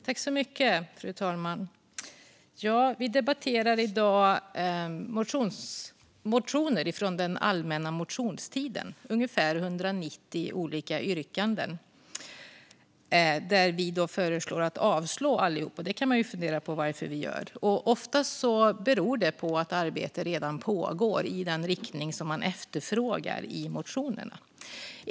Fru talman! Vi debatterar i dag motioner från den allmänna motionstiden, ungefär 190 olika yrkanden. Vi föreslår riksdagen att avslå allihop, och det kan man ju fundera på varför vi gör. Oftast beror det på att arbete redan pågår i den riktning som man efterfrågar i motionerna.